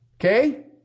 Okay